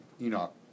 Enoch